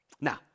Now